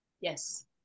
Yes